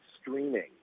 streaming